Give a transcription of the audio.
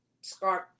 scarf